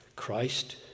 Christ